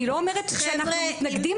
אני לא אומרת שאנחנו מתנגדים,